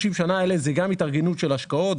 30 השנה האלה זה גם התארגנות של השקעות שהן,